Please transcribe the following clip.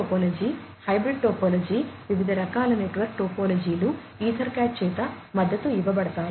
tree topology వివిధ రకాల network టోపోలాజీలు ఈథర్కాట్ చేత మద్దతు ఇవ్వబడుతున్నాయి